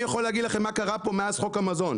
יכול להגיד לכם מה קרה פה מאז חוק המזון,